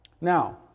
Now